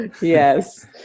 Yes